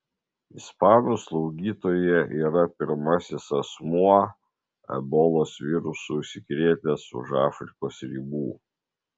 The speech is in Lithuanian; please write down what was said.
ispanų slaugytoja yra pirmasis asmuo ebolos virusu užsikrėtęs už afrikos ribų